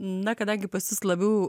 na kadangi pas jus labiau